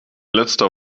letzter